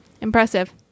impressive